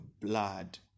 blood